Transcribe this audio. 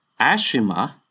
Ashima